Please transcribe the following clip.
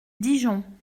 dijon